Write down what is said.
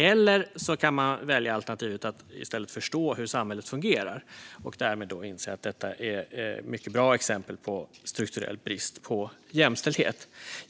Eller så kan man välja alternativet att i stället förstå hur samhället fungerar och därmed inse att detta är mycket bra exempel på strukturell brist på jämställdhet.